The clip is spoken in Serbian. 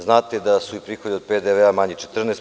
Znate da su i prihodi od PDV manji za 14%